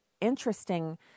interesting